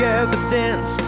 evidence